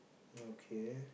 okay